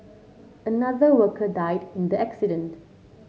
another worker died in the accident